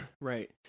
Right